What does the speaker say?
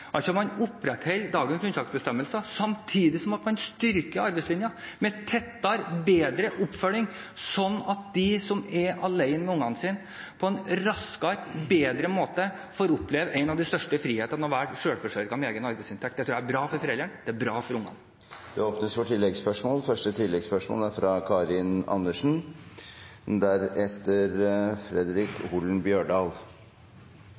Man opprettholder altså dagens unntaksbestemmelser, samtidig som man styrker arbeidslinjen – med tettere og bedre oppfølging – slik at de som er alene med ungene sine, på en raskere og bedre måte får oppleve en av de største frihetene: å være selvforsørget gjennom egen arbeidsinntekt. Det tror jeg er bra for foreldrene – og for ungene. Det åpnes for oppfølgingsspørsmål – først Karin Andersen. Det er